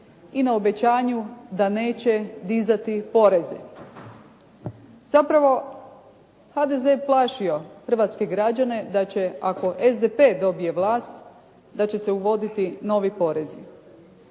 i na obećanju da neće dizati poreze. Zapravo HDZ je plašio hrvatske građane da će ako SDP dobije vlast, da će se uvoditi novi porezi.